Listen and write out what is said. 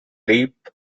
lip